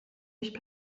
nicht